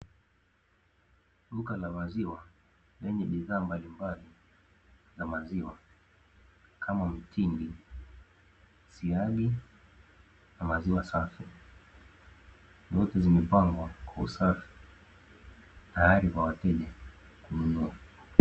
Duka la maziwa lenye bidhaa mbalimbali za maziwa, kama mtindi, siagi na maziwa safi. Zote zimepangwa kwa usafi tayari kwa wateja kununua.